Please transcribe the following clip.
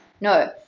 No